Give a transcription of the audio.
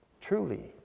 truly